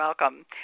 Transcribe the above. Welcome